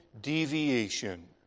deviation